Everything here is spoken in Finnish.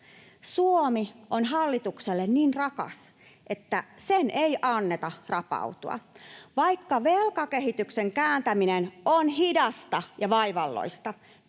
Suomi on hallitukselle niin rakas, että sen ei anneta rapautua. Vaikka velkakehityksen kääntäminen on hidasta ja vaivalloista,